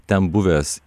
ten buvęs